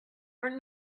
are